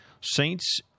Saints